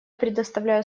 предоставляю